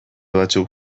batzuk